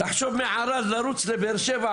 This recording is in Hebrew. תחשוב מערד לרוץ לבא שבע,